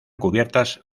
cubiertas